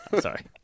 Sorry